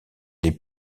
les